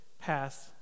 pass